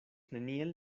neniel